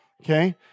Okay